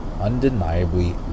undeniably